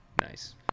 Nice